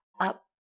up